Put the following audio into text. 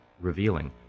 revealing